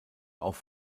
auf